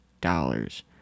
dollars